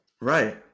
right